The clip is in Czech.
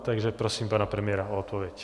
Takže prosím pana premiéra o odpověď.